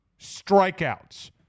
strikeouts